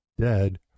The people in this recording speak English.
dead